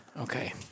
Okay